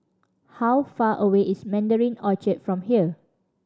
how far away is Mandarin Orchard from here